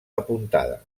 apuntada